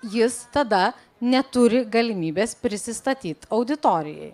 jis tada neturi galimybės prisistatyt auditorijai